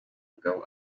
mugabo